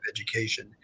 education